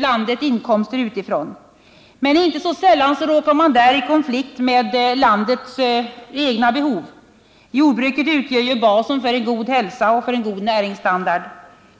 landet inkomster utifrån. Men inte så sällan råkar man där i konflikt med landets egna behov. Jordbruket utgör ju basen för en god hälsa och en god näringsstandard.